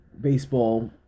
baseball